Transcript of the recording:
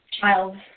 child